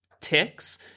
ticks